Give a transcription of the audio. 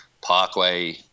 Parkway